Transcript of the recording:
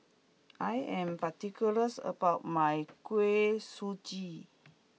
I am particulars about my Kuih Suji